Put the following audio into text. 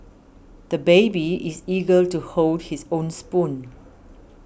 the baby is eager to hold his own spoon